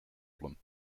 problem